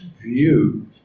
view